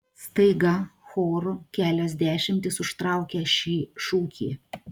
staiga choru kelios dešimtys užtraukia šį šūkį